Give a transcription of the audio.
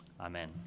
Amen